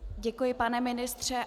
Děkuji, pane ministře.